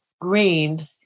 green